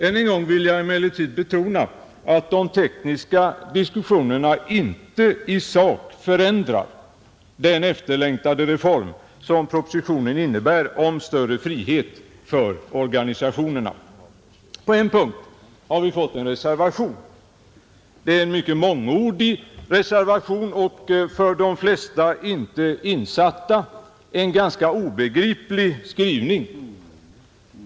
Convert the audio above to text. Än en gång vill jag emellertid betona att de tekniska diskussionerna inte i sak förändrar den efterlängtade reform som propositionen innebär om större frihet för organisationerna. På en punkt har vi fått en reservation. Det är en mycket mångordig reservation med en för de flesta inte insatta obegriplig skrivning.